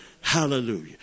Hallelujah